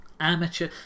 Amateur